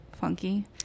funky